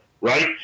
right